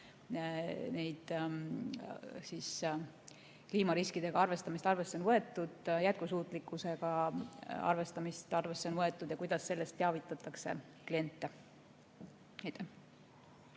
kuidas kliimariskidega arvestamist arvesse on võetud, kuidas jätkusuutlikkusega arvestamist arvesse on võetud ja kuidas sellest teavitatakse kliente.